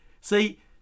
See